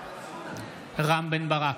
בעד רם בן ברק,